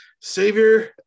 Savior